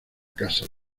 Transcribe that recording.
casa